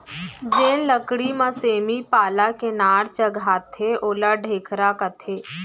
जेन लकरी म सेमी पाला के नार चघाथें ओला ढेखरा कथें